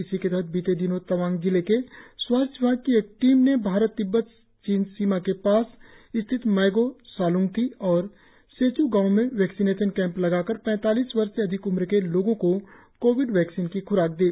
इसी के तहत बीते दिनों तवांग जिले के स्वास्थ्य विभाग की एक टीम ने भारत तिब्बत चीन सीमा के पास स्थित मैगो सालुंग्थी और शेच् गांवों में वैक्सीनेशन कैंप लगाकर पैतालीस वर्ष से अधिक उम्र के लोगो को कोविड वैक्सीन की ख्राक दी